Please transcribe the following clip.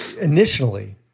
Initially